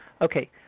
Okay